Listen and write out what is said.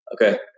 Okay